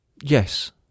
Yes